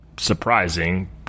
surprising